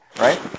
right